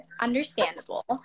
Understandable